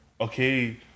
okay